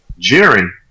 Jiren